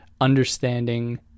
understanding